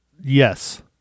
Yes